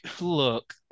look